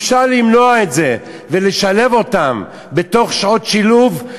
אפשר למנוע את זה ולשלב אותם בתוך שעות שילוב.